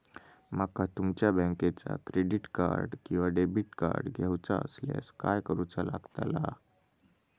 माका तुमच्या बँकेचा क्रेडिट कार्ड किंवा डेबिट कार्ड घेऊचा असल्यास काय करूचा लागताला?